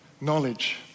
knowledge